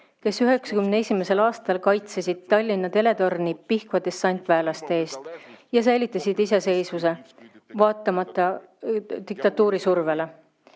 kes 1991. aastal kaitsesid Tallinna teletorni Pihkva dessantväelaste eest ja säilitasid iseseisvuse vaatamata diktatuuri survele.